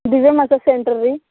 ದಿವ್ಯ massage centre ರೀ